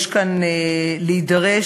יש להידרש